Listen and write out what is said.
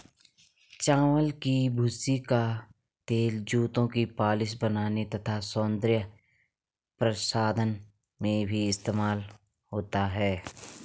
चावल की भूसी का तेल जूतों की पॉलिश बनाने तथा सौंदर्य प्रसाधन में भी इस्तेमाल होता है